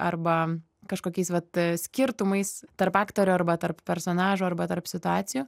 arba kažkokiais vat skirtumais tarp aktorių arba tarp personažų arba tarp situacijų